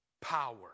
power